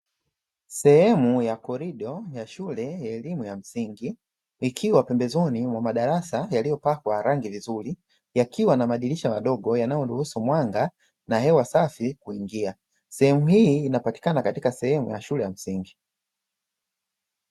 Sehemu ya korido ya shule ya elimu ya msingi ikiwa pembezoni mwa madarasa yaliyopakwa rangi vizuri, yakiwa na madirisha madogo wanayoruhusu mwanga na hewa safi kuingia, sehemu hii inapatikana katika sehemu ya shule ya msingi.